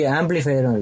amplifier